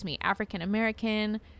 African-American